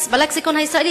בלקסיקון הישראלי,